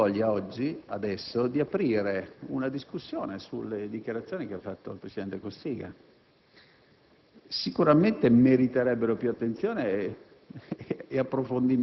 che verrebbe voglia di aprire adesso una discussione sulle dichiarazioni che ha fatto il presidente Cossiga, che sicuramente meriterebbero più attenzione